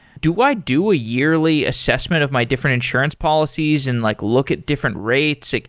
do i do a yearly assessment of my different insurance policies and like look at different rates? like